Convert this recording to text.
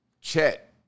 Chet